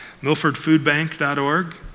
Milfordfoodbank.org